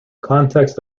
context